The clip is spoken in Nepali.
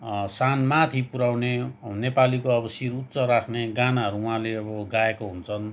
सान माथि पुऱ्याउने नेपालीको अब शिर उच्च राख्ने गानाहरू उहाँले अब गाएको हुन्छन्